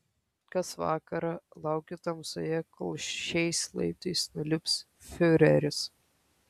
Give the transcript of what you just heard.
kas vakarą laukiu tamsoje kol šiais laiptais nulips fiureris